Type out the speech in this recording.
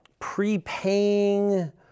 Prepaying